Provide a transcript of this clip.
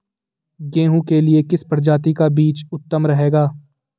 गेहूँ के लिए किस प्रजाति का बीज उत्तम रहेगा?